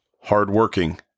hardworking